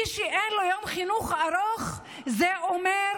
מי שאין לו יום חינוך ארוך זה אומר,